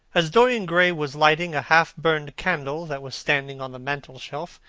as dorian gray was lighting a half-burned candle that was standing on the mantelshelf,